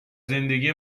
زندگی